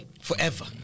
Forever